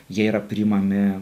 jie yra priimami